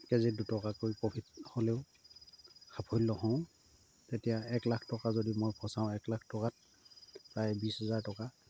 কে জিত দুটকাকৈ প্ৰফিট হ'লেও সাফল্য হওঁ তেতিয়া এক লাখ টকা যদি মই ফচাওঁ এক লাখ টকাত প্ৰায় বিছ হাজাৰ টকা